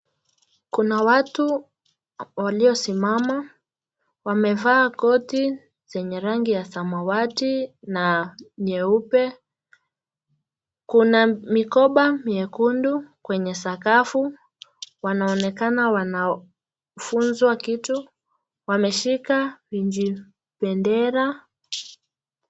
Kuna watu waliosimama wamevaa koti zenye rangi ya samawati na nyeupe. Kuna mikoba miekundu kwenye sakafu. Wanaonekana wanafunzwa kitu. Wameshika vijibendera.